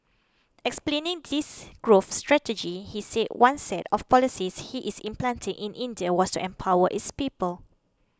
explaining this growth strategy he said one set of policies he is implanting in India was to empower its people